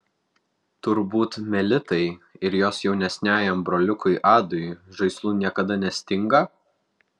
turbūt melitai ir jos jaunesniajam broliukui adui žaislų niekada nestinga